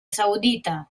saudita